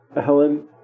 Helen